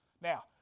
Now